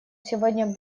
сегодня